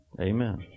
amen